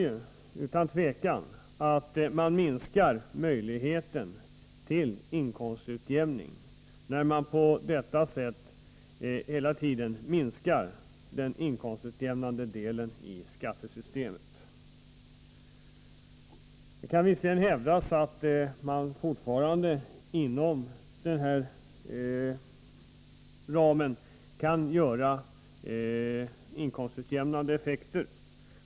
Utan tvivel minskas möjligheten till inkomstutjämning, när man på detta sätt hela tiden minskar den inkomstutjämnande delen i skattesystemet. Det kan visserligen hävdas att man fortfarande inom denna ram kan uppnå utjämnande effekter.